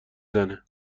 زنه